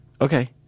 Okay